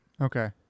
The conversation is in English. Okay